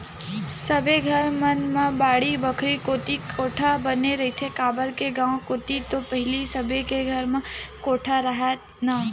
सबे घर मन म बाड़ी बखरी कोती कोठा बने रहिथे, काबर के गाँव कोती तो पहिली सबे के घर म कोठा राहय ना